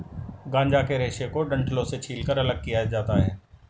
गांजा के रेशे को डंठलों से छीलकर अलग किया जाता है